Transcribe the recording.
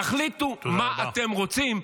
תחליטו מה אתם רוצים,